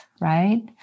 right